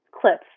clips